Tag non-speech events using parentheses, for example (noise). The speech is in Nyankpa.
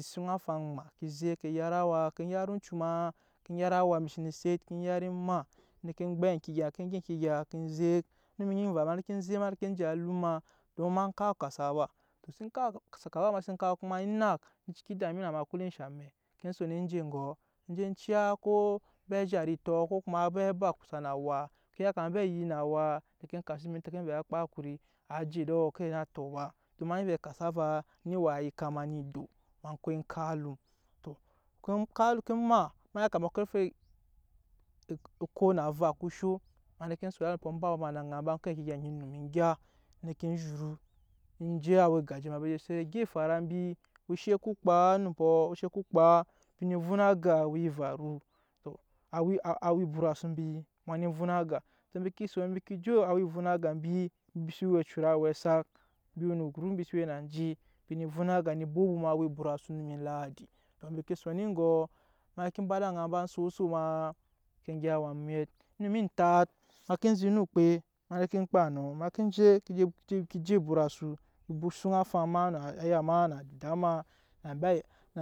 Ke suŋ afaŋ maa ke zek e yat awa ke yat oncu ma ke yat awa embi sene set en yat emaa ne ke gbɛp eŋke egya eŋke gya eŋke egya ke zek onum onyi emva ma ne ke zek en je alum ma don ma kap kasava (hesitation) kasava ma sen kuma enak ne ciki dame na ma ko eme enshɛ amɛkne son eje egɔ je ciya ko embe zhat etɔ ko kuma embe kusa na awa ke yakama embe kusa na awaa ke kasu mbe en tɛke vɛɛ á kpa hakuri a je edɔ kada á naa tɔ ba ma nyi vɛɛ kasavaa eni waa yika ma ne edo ma ko kap alum tɔ ke kap alum ke maa ma yakama akarfe okop a ava ko sho, ne ke son alumpɔ ke ba eba ma ed'aŋa ba ko eŋke egya eŋke onum egya ne ke zhuru en je awa egaje ma mbi je set gya efara mbi oshe ko kpa onumpɔ oshe ku kpa mbi nee vun aga awa evaru tɔ awa ebut asu mbi ma neen vun aga tɔ embi ke son mbi ke je awa evun aga mbi embi se we acut awɛsak embi we no group mbi se we na je embi nee vun aga ne bɔm obɔm awa ebut asu onum oladi embi ke son egɔ ma ke ba ed'aŋa so oso ma ke gyɛp awa mwɛt onum onyi entat ma e zit no okpe ka ne ke kpa enɔ ma ke je (hesitation) awa ebut asu afaŋ ema na aya ma na ada ma na